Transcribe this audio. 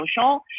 social